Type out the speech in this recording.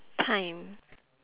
time